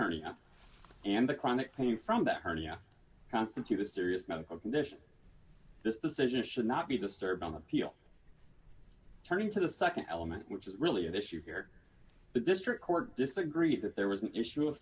hernia and the chronic pain from that hernia constitute a serious medical condition this decision should not be disturbed on appeal turning to the nd element which is really at issue here the district court disagreed that there was an issue of